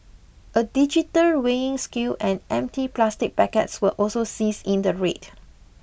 a digital weighing scale and empty plastic packets were also seized in the raid